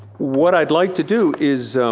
what i'd like to do is,